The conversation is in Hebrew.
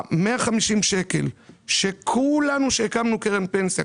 ה-150 שקלים שכולנו שהקמנו קרן פנסיה,